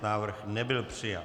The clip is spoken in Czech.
Návrh nebyl přijat.